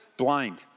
blind